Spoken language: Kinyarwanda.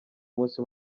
munsi